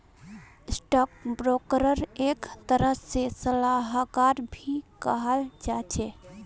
stock ब्रोकरक एक तरह से सलाहकार भी कहाल जा छे